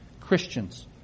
Christians